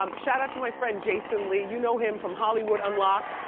um shout out to my friend, jason lee. you know him from hollywood unlocked.